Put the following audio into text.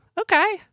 Okay